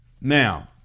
now